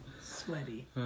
Sweaty